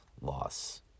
loss